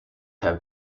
have